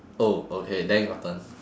oh okay then your turn